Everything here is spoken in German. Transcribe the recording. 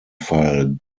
fall